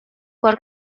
cor